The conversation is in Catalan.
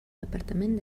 departament